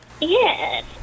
Yes